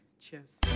Cheers